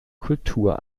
kultur